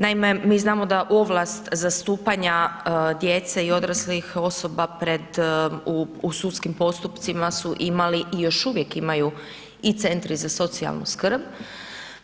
Naime, mi znamo da ovlast zastupanja djece i odraslih osoba pred u sudskim postupcima su imali i još uvijek imaju i centri za socijalnu skrb,